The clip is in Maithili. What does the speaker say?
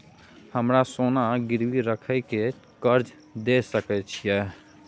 हमरा सोना गिरवी रखय के कर्ज दै सकै छिए?